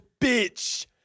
Bitch